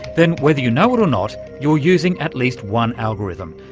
then whether you know it or not, you're using at least one algorithm.